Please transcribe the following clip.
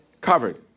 covered